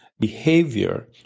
behavior